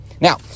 Now